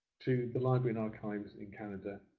to the library and archives in canada,